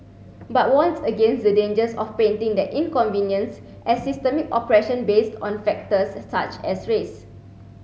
but warns against the dangers of painting that inconvenience as systemic oppression based on factors such as race